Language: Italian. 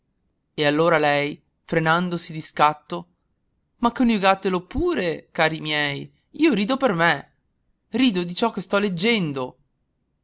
e allora lei frenandosi di scatto ma coniugatelo pure cari miei io rido per me rido di ciò che sto leggendo